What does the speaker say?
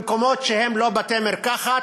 במקומות שהם לא בתי-מרקחת,